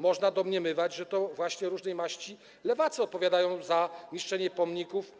Można domniemywać, że to właśnie różnej maści lewacy odpowiadają za niszczenie pomników